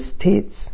states